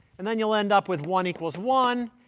and then you'll end up with one equals one,